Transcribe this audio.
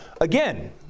again